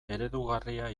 eredugarria